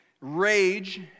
rage